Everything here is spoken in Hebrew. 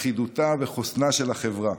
לכידותה וחוסנה של החברה.